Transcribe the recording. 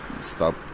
stop